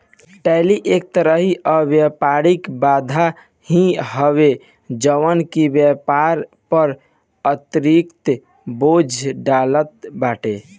tariff एक तरही कअ व्यापारिक बाधा ही हवे जवन की व्यापार पअ अतिरिक्त बोझ डालत बाटे